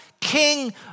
King